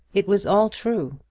it was all true,